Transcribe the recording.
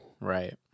Right